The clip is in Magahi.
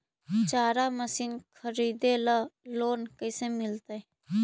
चारा मशिन खरीदे ल लोन कैसे मिलतै?